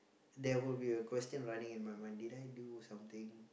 there will be a question running in my mind did I do something